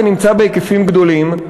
ונמצא בהיקפים גדולים.